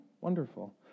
Wonderful